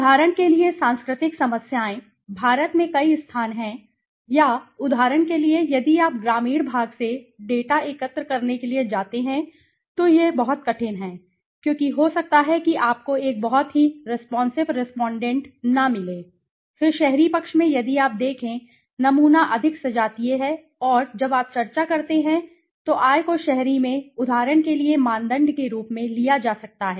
उदाहरण के लिए सांस्कृतिक समस्याएं भारत में कई स्थान हैं या उदाहरण के लिए यदि आप ग्रामीण भाग से डेटा एकत्र करने के लिए जाते हैं तो यह बहुत कठिन है क्योंकि हो सकता है कि आपको एक बहुत ही रेस्पॉन्सिव रेसपॉन्डेंट न मिले फिर शहरी पक्ष में यदि आप देखें नमूना अधिक सजातीय है और जब आप चर्चा करते हैं तो आय को शहरी में उदाहरण के लिए मानदंड के रूप में लिया जा सकता है